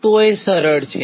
તો એ સરળ છે